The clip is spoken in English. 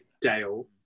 Dale